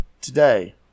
today